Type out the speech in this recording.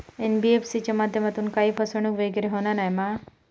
NBFC च्या माध्यमातून काही फसवणूक वगैरे होना नाय मा?